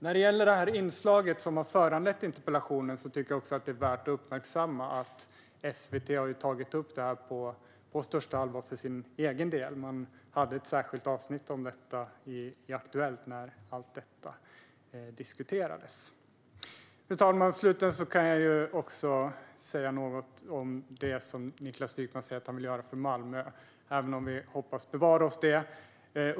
När det gäller det inslag som har föranlett interpellationen tycker jag att det är värt att uppmärksamma att SVT för egen del har tagit detta på största allvar. Man hade ett särskilt avsnitt i Aktuellt där detta diskuterades. Fru talman! Slutligen ska jag säga någonting om det som Niklas Wykman säger att han vill göra för Malmö, även om vi hoppas att vi ska bevaras från detta.